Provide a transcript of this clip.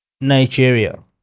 Nigeria